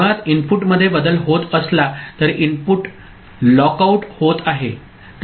मुळात इनपुटमध्ये बदल होत असला तरी इनपुट लॉकआउट होत आहे